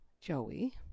Joey